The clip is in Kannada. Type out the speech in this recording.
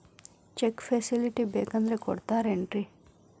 ಚೆಕ್ ಫೆಸಿಲಿಟಿ ಬೇಕಂದ್ರ ಕೊಡ್ತಾರೇನ್ರಿ?